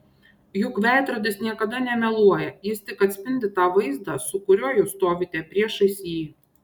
juk veidrodis niekada nemeluoja jis tik atspindi tą vaizdą su kuriuo jūs stovite priešais jį